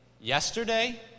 yesterday